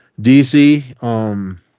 DC